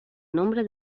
nombre